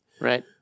Right